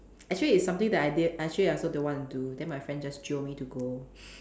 actually it's something that I didn't actually I also don't want to do then my friend just jio me to go